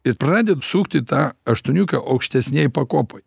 ir pradedu sukti tą aštuoniukę aukštesnėj pakopoj